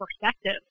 perspective